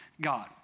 God